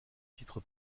titre